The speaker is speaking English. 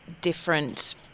different